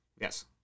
Yes